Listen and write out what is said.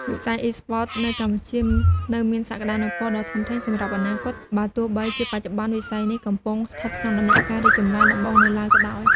វិស័យ Esports នៅកម្ពុជានៅមានសក្ដានុពលដ៏ធំធេងសម្រាប់អនាគត បើទោះបីជាបច្ចុប្បន្នវិស័យនេះកំពុងស្ថិតក្នុងដំណាក់កាលរីកចម្រើនដំបូងនៅឡើយក៏ដោយ។